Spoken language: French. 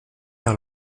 car